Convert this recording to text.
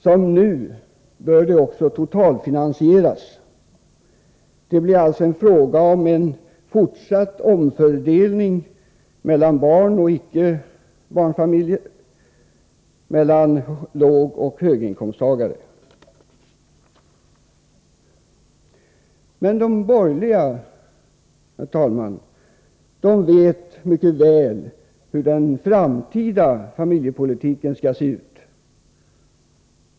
Som nu bör den dock vara totalfinansierad. Det blir alltså fråga om en fortsatt omfördelning mellan familjer med och utan barn och mellan lågoch höginkomsttagare. Men de borgerliga, herr talman, vet mycket väl hur den framtida familjepolitiken skall se ut.